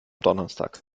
donnerstag